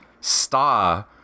star